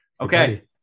Okay